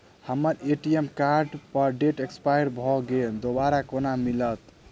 हम्मर ATM card केँ date expire भऽ गेल दोबारा कोना मिलत?